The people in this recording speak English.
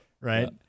right